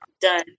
Done